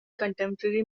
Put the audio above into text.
contemporary